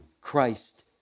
Christ